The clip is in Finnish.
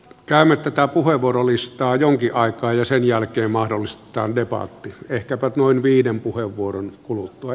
käymme tätä puheenvuorolistaa jonkin aikaa ja sen jälkeen mahdollistetaan debatti ehkäpä noin viiden puheenvuoron kuluttua